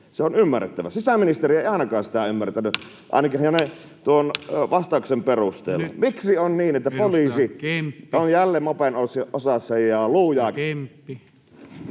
Se on ymmärrettävä. Sisäministeri ei ainakaan sitä ymmärtänyt ainakaan tuon vastauksen perusteella. Miksi on niin, että poliisi on jälleen mopen osalla